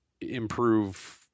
improve